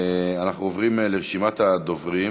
אנחנו עוברים לרשימת הדוברים.